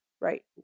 Right